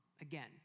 again